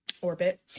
orbit